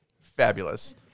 Fabulous